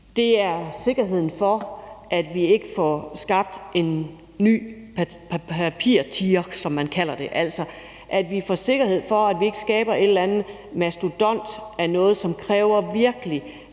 er sikkerheden for, at vi ikke får skabt en ny papirtiger, som man kalder det; altså at vi får sikkerhed for, at vi ikke skaber en eller anden mastodont af noget, som kræver, at de